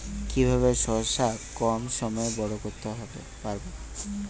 কিভাবে শশা কম সময়ে বড় করতে পারব?